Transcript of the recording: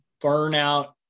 burnout